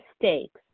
mistakes